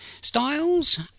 Styles